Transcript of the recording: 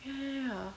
ya ya ya